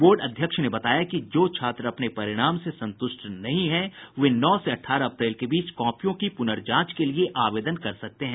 board अध्यक्ष ने बताया कि जो छात्र अपने परिणाम से संतुष्ट नहीं हैं वे नौ से अठारह अप्रैल के बीच कॉपियों की पुनर्जांच के लिए आवेदन कर सकते हैं